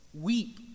weep